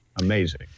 amazing